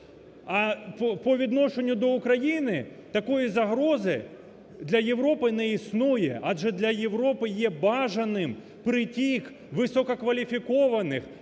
А по відношенню до України такої загрози для Європи не існує. Адже для Європи є бажаним при тих висококваліфікованих,